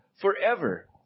forever